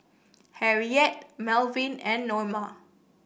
Harriette Malvin and Norma